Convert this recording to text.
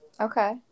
Okay